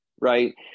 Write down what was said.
right